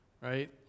right